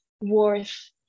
worth